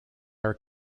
are